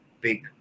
big